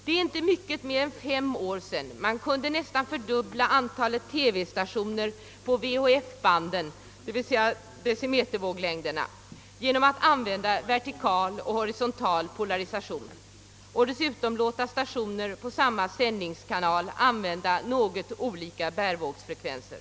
Det är inte mycket mer än fem år sedan man kunde nästan fördubbla antalet TV-stationer på VHF-banden — d. v. s. på decimetervåglängderna — genom att använda horisontal och vertikal polarisation och dessutom låta stationer på samma sändningskanal använda något olika bärvågsfrekvenser.